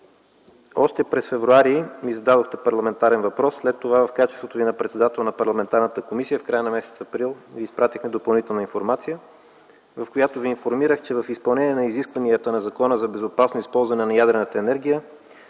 Още през м. февруари ми зададохте парламентарен въпрос. След това в качеството Ви на председател на парламентарната комисия, в края на месец април Ви изпратихме допълнителна информация, с която Ви информирах, че в изпълнение на изискванията на Закона за безопасно използване на ядрената енергия